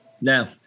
Now